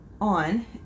on